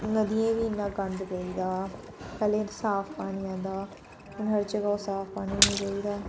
नदियें बी इ'न्ना गंद पेई गेदा पैह्लै इन्ना साफ पानी आंदा हा हून हर जगह् ओह् साफ पानी नी रेही गेदा